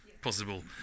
possible